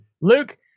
Luke